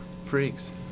freaks